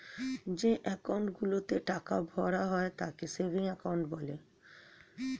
যে অ্যাকাউন্ট গুলোতে টাকা ভরা হয় তাকে সেভিংস অ্যাকাউন্ট বলে